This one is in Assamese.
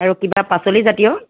আৰু কিবা পাছলিজাতীয়